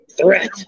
threat